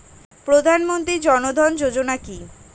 প্রধানমন্ত্রী জনধন যোজনা কি?